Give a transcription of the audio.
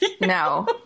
No